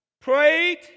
prayed